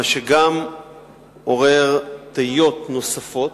מה שגם עורר תהיות נוספות.